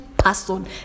person